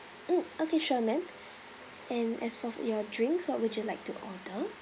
mm okay sure ma'am and as for your drinks what would you like to order